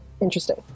interesting